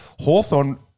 Hawthorne